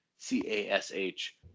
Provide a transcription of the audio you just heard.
C-A-S-H